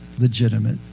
legitimate